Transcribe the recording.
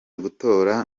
gutora